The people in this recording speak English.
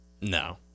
No